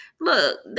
Look